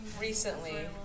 recently